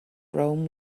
rome